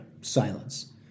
silence